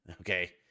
okay